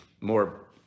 more